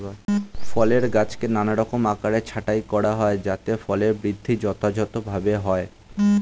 ফলের গাছকে নানারকম আকারে ছাঁটাই করা হয় যাতে ফলের বৃদ্ধি যথাযথভাবে হয়